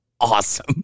awesome